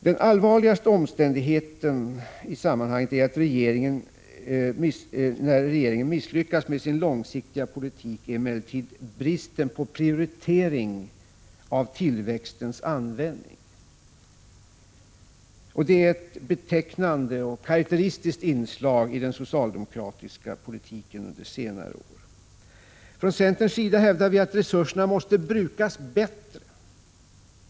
Den allvarligaste omständigheten i sammanhang med att regeringen misslyckas med sin ekonomiska politik är emellertid bristen på prioritering av tillväxtens användning. Det är ett betecknande och karakteristiskt inslag i den socialdemokratiska politiken under senare år. Från centerns sida hävdar vi att resurserna måste brukas bättre.